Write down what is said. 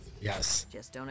Yes